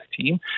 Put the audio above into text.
team